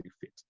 fit